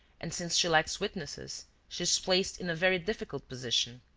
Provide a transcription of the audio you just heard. and since she lacks witnesses, she is placed in a very difficult position.